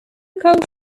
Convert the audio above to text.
calls